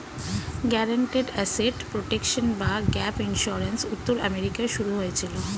guaranteed asset protection বা gap insurance উত্তর আমেরিকায় শুরু হয়েছিল